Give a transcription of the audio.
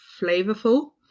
flavorful